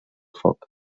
foc